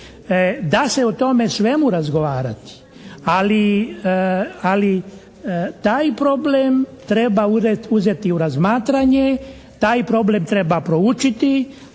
Da se o tome svemu razgovarati ali taj problem treba uzeti u razmatranje, taj problem treba proučiti,